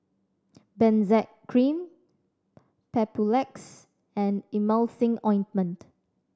Benzac Cream Papulex and Emulsying Ointment